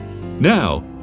Now